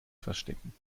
verstecken